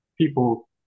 people